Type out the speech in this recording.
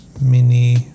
mini